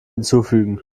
hinzufügen